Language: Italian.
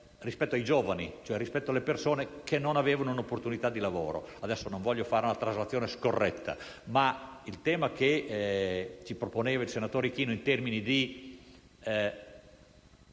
rispetto ai giovani, cioè rispetto alle persone che non avevano un'opportunità di lavoro. Non voglio fare ora una traslazione scorretta, però il tema che ci proponeva il senatore Ichino in termini di